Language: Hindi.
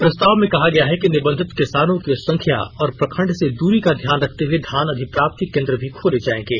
प्रस्ताव में कहा गया है कि निबंधित किसानों की संख्या और प्रखंड से दूरी का ध्यान रखते हुए धान अधिप्राप्ति केन्द्र भी खोले जाएंगे